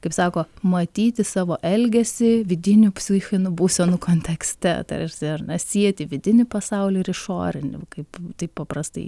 kaip sako matyti savo elgesį vidinių psichinių būsenų kontekste tarsi ar na sieti vidinį pasaulį ir išorinį kaip taip paprastai